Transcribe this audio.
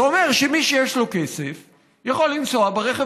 זה אומר שמי שיש לו כסף יכול לנסוע ברכב